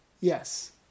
Yes